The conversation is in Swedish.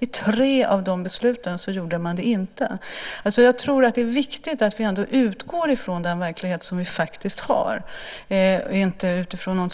I tre av de besluten gjorde man det inte. Det är viktigt att vi ändå utgår från den verklighet som vi faktiskt har, inte från något